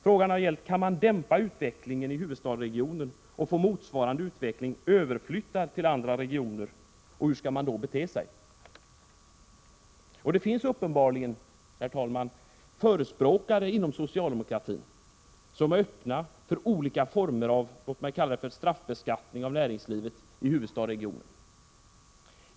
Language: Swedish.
Frågan har gällt: Kan man dämpa utvecklingen i huvudstadsregionen och få motsvarande utveckling överflyttad till andra regioner, och hur skall man i så fall bete sig? Uppenbarligen finns det förespråkare inom socialdemokratin som är öppna för olika former av ”straffbeskattning av näringslivet” i huvudstadsregionen.